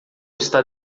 está